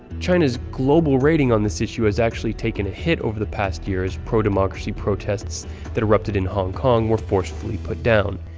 china's global rating on this issue has actually taken a hit over the past year as pro-democracy protests that erupted in hong kong were forcefully put down.